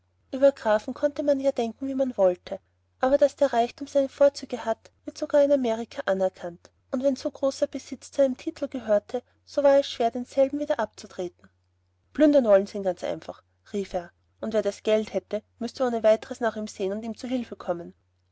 ueber grafen konnte man ja denken wie man wollte aber daß der reichtum seine vorzüge hat wird sogar in amerika anerkannt und wenn so großer besitz zu dem titel gehörte so war es doch schwer denselben wieder abzutreten plündern wollen sie ihn ganz einfach rief er und wer das geld hätte müßte ohne weiteres nach ihm sehen und ihm zu hilfe kommen